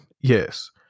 Yes